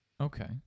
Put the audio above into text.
Okay